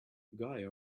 guy